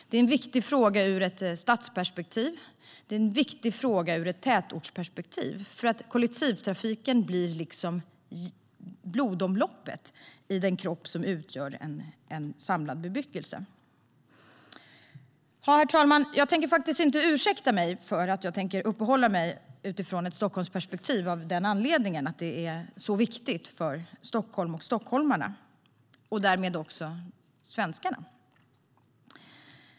Det är en viktig fråga ur ett stadsperspektiv. Och det är en viktig fråga ur ett tätortsperspektiv. Kollektivtrafiken blir liksom blodomloppet i den kropp som utgör en samlad bebyggelse. Jag ursäktar inte att jag tänker uppehålla mig vid ett Stockholmsperspektiv. Det är nämligen viktigt för Stockholm och stockholmarna, därmed också svenskarna.